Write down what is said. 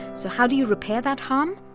so how do you repair that harm?